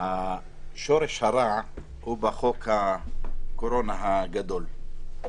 שורש הרע הוא בחוק הקורונה הגדול.